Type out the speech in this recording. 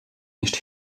nicht